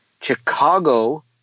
Chicago